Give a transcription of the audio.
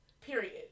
Period